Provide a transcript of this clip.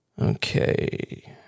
Okay